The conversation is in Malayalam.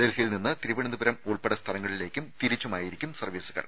ഡൽഹിയിൽ നിന്ന് തിരുവനന്തപുരം ഉൾപ്പെടെ സ്ഥലങ്ങളിലേക്കും തിരിച്ചുമായിരിക്കും സർവ്വീസുകൾ